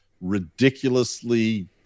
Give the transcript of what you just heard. ridiculously